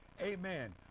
amen